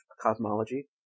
cosmology